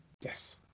Yes